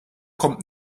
kommt